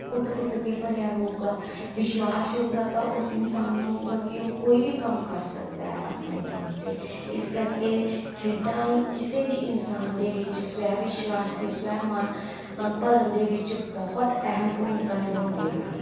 ਕੁੱਟ ਕੁੱਟ ਕੇ ਭਰਿਆ ਹੋਵੇਗਾ ਵਿਸ਼ਵਾਸ ਹੋਵੇਗਾ ਤਾਂ ਉਸ ਇਨਸਾਨ ਨੂੰ ਹੋਵੇਗਾ ਕਿ ਉਹ ਕੋਈ ਵੀ ਕੰਮ ਕਰ ਸਕਦਾ ਆਪਣੇ ਦਮ 'ਤੇ ਇਸ ਕਰਕੇ ਖੇਡਾਂ ਕਿਸੇ ਵੀ ਇਨਸਾਨ ਦੇ ਵਿੱਚ ਸਵੈ ਵਿਸ਼ਵਾਸ ਅਤੇ ਸਵੈ ਮਾਣ ਭਰਨ ਦੇ ਵਿੱਚ ਬਹੁਤ ਅਹਿਮ ਭੂਮਿਕਾ ਨਿਭਾਉਂਦੀਆਂ ਹਨ